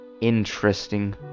interesting